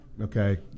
okay